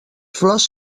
flors